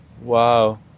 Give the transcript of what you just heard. Wow